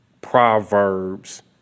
Proverbs